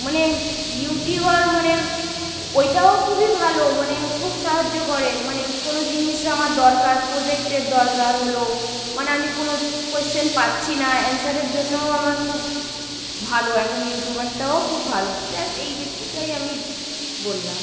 মানে ইউটিউবার মানে ওইটাও খুবই ভালো মানে খুব সাহায্য করে মানে কোনো জিনিস আমার দরকার প্রোজেক্টের দরকার হলো মানে আমি কোনো কোয়েশ্চেন পাচ্ছি না অ্যান্সারের জন্যও আমার খুব ভালো একন ইউটিউবারটাও খুব ভালো ব্যস এই ভিত্তিটাই আমি বললাম